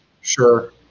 Sure